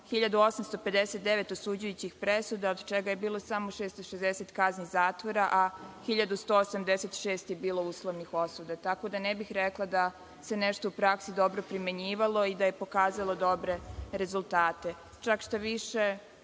1.859 osuđujućih presuda, od čega je bilo samo 660 kazni zatvora, a 1.186 je bilo uslovnih osuda. Tako da ne bih rekla da se nešto u praksi dobro primenjivalo i da je pokazalo dobre rezultate. Čak šta više,